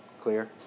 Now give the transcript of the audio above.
clear